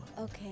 okay